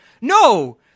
no